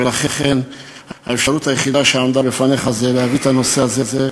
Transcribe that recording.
ולכן האפשרות היחידה שעמדה בפניך הייתה להביא את הנושא הזה לכאן,